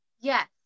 Yes